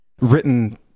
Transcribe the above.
written